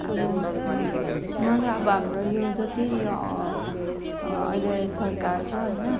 अब मलाई अब हाम्रो यो जति यो अहिले सरकार छ होइन